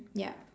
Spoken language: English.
ya